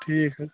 ٹھیٖک حظ